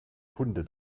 kunde